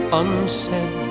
unsaid